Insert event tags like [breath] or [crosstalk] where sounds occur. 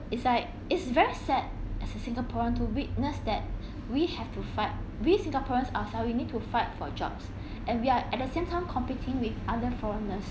it's like it's very sad as a singaporean to witness that [breath] we have to fight we singaporeans ourself we need to fight for jobs [breath] and we are at the same time competing with other foreigners